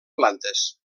plantes